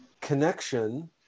connection